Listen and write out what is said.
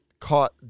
caught